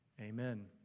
amen